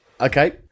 okay